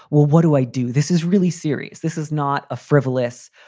what do i do? this is really serious. this is not a frivolous.